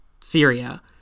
Syria